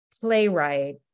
playwright